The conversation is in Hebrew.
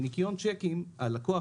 בניכיון צ'קים הלקוח,